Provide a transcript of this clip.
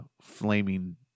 flaming